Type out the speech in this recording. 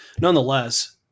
nonetheless